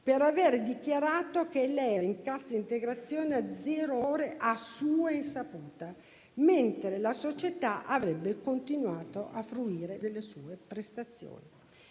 per aver dichiarato che era in cassa integrazione a zero ore, a sua insaputa, mentre la società avrebbe continuato a fruire delle sue prestazioni.